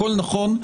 הכול נכון.